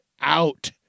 out